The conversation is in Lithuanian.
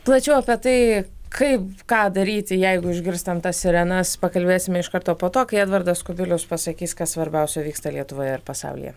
plačiau apie tai kaip ką daryti jeigu išgirstam tas sirenas pakalbėsime iš karto po to kai edvardas kubilius pasakys kas svarbiausio vyksta lietuvoje ir pasaulyje